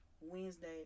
Wednesday